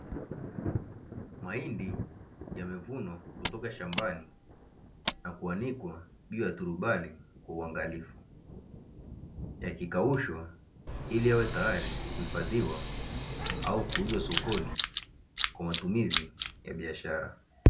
Mahindi yamevunwa kutoka shambani na kuanikwa juu ya turubai kwa uangalifu, yakikaushwa ili yawe tayari kuhifadhiwa au kuuzwa sokoni kwa matumizi ya biashara.